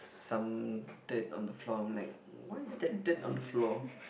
some dirt on the floor I'm like why is there dirt on the floor